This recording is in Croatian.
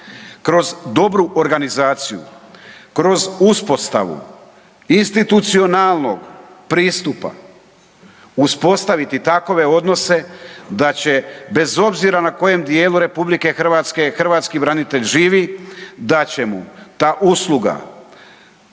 kroz dobru organizaciju, kroz uspostavu institucionalnog pristupa uspostaviti takve odnose da će bez obzira na kojem djelu RH, hrvatski branitelj živi, da će ta usluga